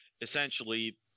essentially